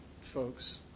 folks